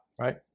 right